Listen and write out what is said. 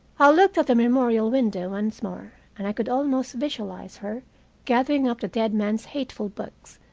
i looked at the memorial window once more, and i could almost visualize her gathering up the dead man's hateful books,